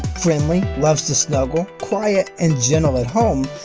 friendly, loves to snuggle, quiet, and gentle at home,